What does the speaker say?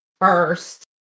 first